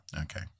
Okay